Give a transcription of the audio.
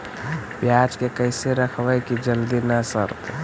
पयाज के कैसे रखबै कि जल्दी न सड़तै?